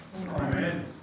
Amen